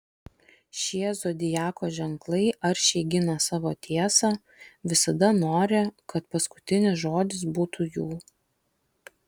šie zodiako ženklai aršiai gina savo tiesą visada nori kad paskutinis žodis būtų jų